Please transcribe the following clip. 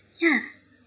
Yes